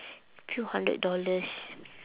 few hundred dollars